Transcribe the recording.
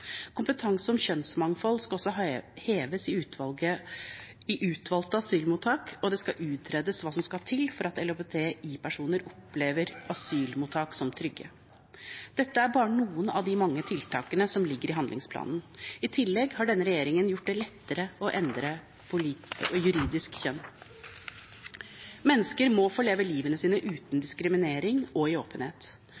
om kjønnsmangfold skal også heves i utvalgte asylmottak, og det skal utredes hva som skal til for at LHBTI-personer opplever asylmottak som trygge. Dette er bare noen av de mange tiltakene som ligger i handlingsplanen. I tillegg har denne regjeringen gjort det lettere å endre juridisk kjønn. Mennesker må få leve livet sitt uten